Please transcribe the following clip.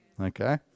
Okay